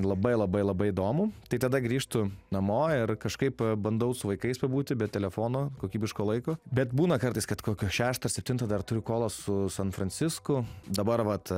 labai labai labai įdomu tai tada grįžtu namo ir kažkaip bandau su vaikais pabūti be telefono kokybiško laiko bet būna kartais kad kokią šeštą septintą dar turiu kolą su san francisku dabar vat